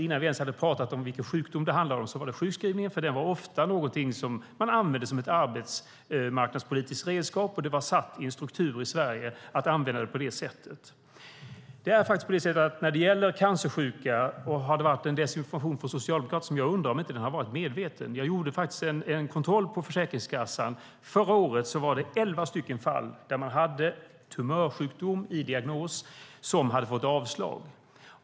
Innan vi ens hade talat om vilken sjukdom det handlade om kom sjukskrivningen upp, för den var ofta någonting som man använde som ett arbetsmarknadspolitiskt redskap. Det var satt i en struktur i Sverige att använda den på det sättet. Det har varit en desinformation från socialdemokrater när det gäller cancersjuka, och jag undrar om den inte har varit medveten. Jag gjorde faktiskt en kontroll hos Försäkringskassan. Förra året var det elva fall där patienter som hade tumörsjukdom i diagnos hade fått avslag.